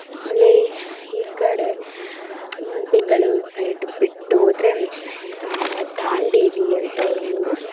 ಆಮೇಲೆ ಈ ಕಡೆ ಬೆಂಗಳೂರು ಸೈಡ್ ಬಿಟ್ಟು ಹೋದರೆ ದಾಂಡೇಲಿ ಅಂತ ಒಂದೂರು